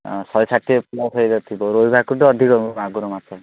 ଏଁ ଶହେ ଷାଠିଏ ପ୍ଲସ୍ ହେଇଯାଇଥିବ ରୋହି ଭାକୁରଠାରୁ ଅଧିକ ମାଗୁର ମାଛ